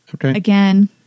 again